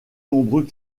nombreux